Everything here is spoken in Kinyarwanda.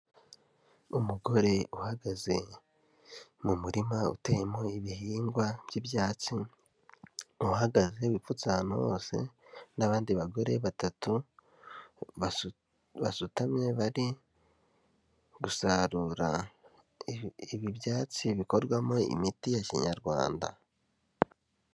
Umugore uhagaze mu murima uteyemo ibihingwa by'ibyatsi, uhagaze wipfutse ahantu hose, n'abandi bagore batatu basutamye, bari gusarura ibi byatsi bikorwamo imiti ya Kinyarwanda.